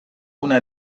una